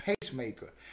Pacemaker